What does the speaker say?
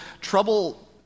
trouble